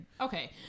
Okay